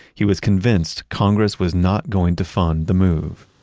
he was convinced congress was not going to fund the move